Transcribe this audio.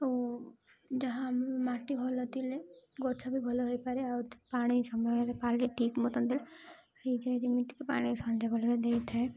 ଓ ଯାହା ମାଟି ଭଲ ଥିଲେ ଗଛ ବି ଭଲ ହେଇପାରେ ଆଉ ପାଣି ସମୟରେ ପାରିଲେ ଠିକ ମତ ହେଇଯାଏ ଯେମିତିକି ପାଣି ସଞ୍ଜବେଳରେ ଦେଇଥାଏ